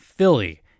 Philly